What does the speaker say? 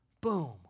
boom